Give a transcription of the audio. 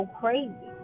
crazy